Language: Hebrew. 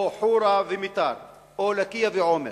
או חורה ומיתר, או לקיה ועומר,